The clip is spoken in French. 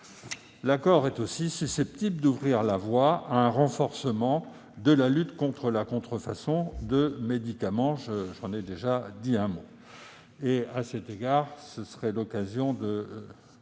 accord est susceptible d'ouvrir la voie à un renforcement de la lutte contre la contrefaçon de médicaments.